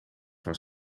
van